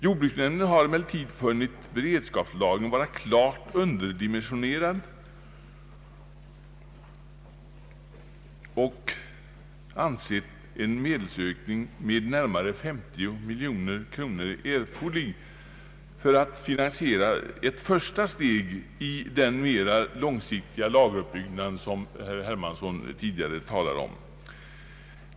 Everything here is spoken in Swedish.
Jordbruksnämnden har emellertid funnit beredskapslagringen vara klart underdimensionerad och ansett en medelsökning med närmare 50 miljoner kronor erforderlig för att finansiera ett första steg i den mera långsiktiga lageruppbyggnad som herr Hermansson tidigare har talat om.